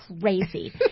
crazy